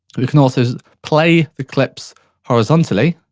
we can also play the clips horizontally,